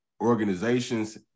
organizations